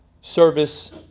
service